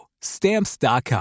Stamps.com